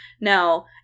Now